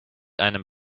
einem